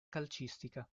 calcistica